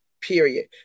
period